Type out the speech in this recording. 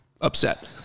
upset